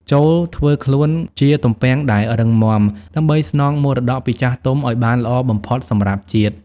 ចូរធ្វើខ្លួនជាទំពាំងដែលរឹងមាំ ដើម្បីស្នងមរតកពីចាស់ទុំឱ្យបានល្អបំផុតសម្រាប់ជាតិ។